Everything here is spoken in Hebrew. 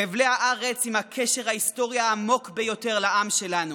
חבלי הארץ עם הקשר ההיסטורי העמוק ביותר לעם שלנו,